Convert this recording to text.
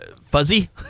fuzzy